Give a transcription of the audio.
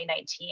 2019